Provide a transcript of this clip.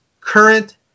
current